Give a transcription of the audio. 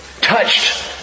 touched